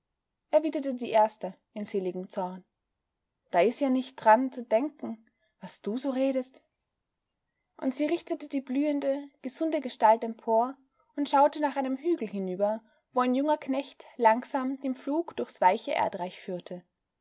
die erste in seligem zorn da is ja nich dran zu denken was du so redest und sie richtete die blühende gesunde gestalt empor und schaute nach einem hügel hinüber wo ein junger knecht langsam den pflug durchs weiche erdreich führte